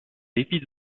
dépit